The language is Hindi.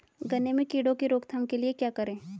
गन्ने में कीड़ों की रोक थाम के लिये क्या करें?